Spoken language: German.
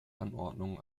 anordnungen